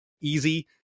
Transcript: easy